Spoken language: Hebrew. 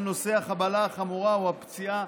נושא החבלה החמורה או הפציעה,